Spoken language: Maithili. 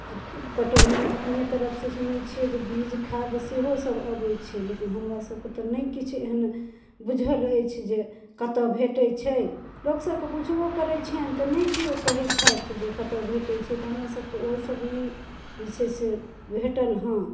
आब पटौनी अपने तरफ सऽ सुनै छियै जे बीज खाद सेहो सब अबै छै लेकिन हमरा सबकऽ तऽ नहि किछु एहन बुझल अछि जे कतौ भेटै छै लोक सबके पूछबो करै छियनि तऽ नहि केओ कहै छथि जे कतौ भेटै छै तऽ हमरा सबके ओहो सब नहि जे छै से भेटल हँ